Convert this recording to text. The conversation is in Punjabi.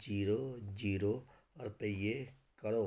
ਜੀਰੋ ਜੀਰੋ ਰੁਪਈਏ ਕਰੋ